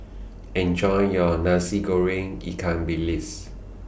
Enjoy your Nasi Goreng Ikan Bilis